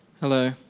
Hello